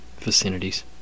Vicinities